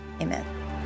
amen